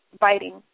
biting